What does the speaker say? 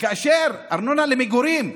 וארנונה למגורים,